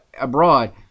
abroad